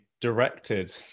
directed